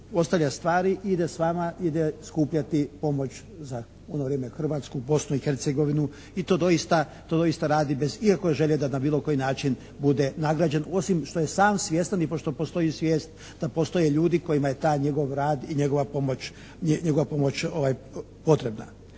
ostavlja stvari i ide s vama, ide skupljati pomoć za u ono vrijeme Hrvatsku, Bosnu i Hercegovinu i to doista radi bez ikakove želje da na bilo koji način bude nagrađen osim što je sam svjestan i pošto postoji svijest da postoje ljudi kojima je taj njegov rad i njegova pomoć potrebna.